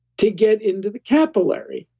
to get into the capillary.